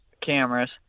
cameras